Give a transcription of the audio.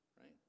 right